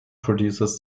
produces